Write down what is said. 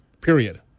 period